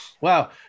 Wow